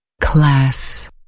class